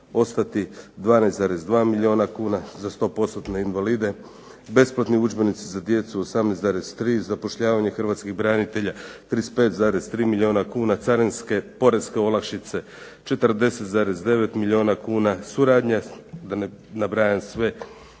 12,2 milijuna kuna za 100 postotne invalide, besplatni udžbenici za djecu 18,3, zapošljavanje hrvatskih branitelja 35,3 milijuna kuna, carinske poreske olakšice 40,9 milijuna kuna, suradnja da ne nabrajam sve